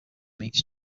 meets